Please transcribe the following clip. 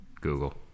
Google